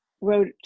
wrote